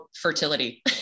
fertility